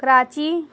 Karachi